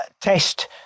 test